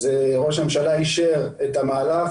ראש הממשלה אישר את המהלך,